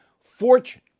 fortune